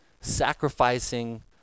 sacrificing